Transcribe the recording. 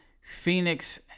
Phoenix